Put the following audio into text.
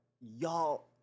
y'all